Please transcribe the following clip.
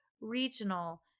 regional